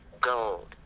gold